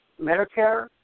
Medicare